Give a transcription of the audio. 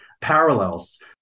parallels